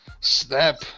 Snap